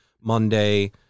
Monday